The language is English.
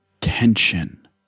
tension